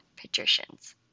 Patricians